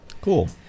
Cool